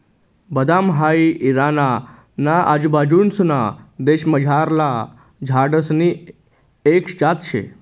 बदाम हाई इराणा ना आजूबाजूंसना देशमझारला झाडसनी एक जात शे